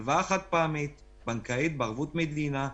הלוואה חד-פעמית בנקאית בערבות מדינה,